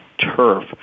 turf